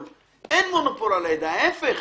הידע, ההפך.